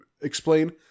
explain